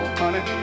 honey